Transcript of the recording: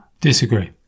Disagree